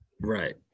Right